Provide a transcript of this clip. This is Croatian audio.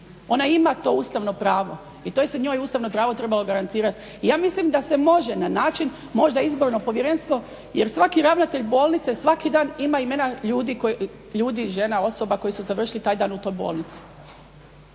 Ona ima to ustavno pravo i to se njoj ustavno pravo trebalo garantirati. Ja mislim da se može na način možda Izborno povjerenstvo jer svaki ravnatelj bolnice svaki dan ima imena ljudi, žena, osoba koji su završili taj dan u toj bolnici.